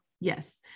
Yes